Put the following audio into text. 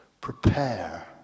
Prepare